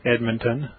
Edmonton